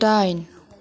दाइन